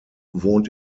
wohnt